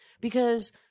because-